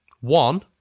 one